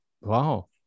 wow